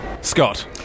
Scott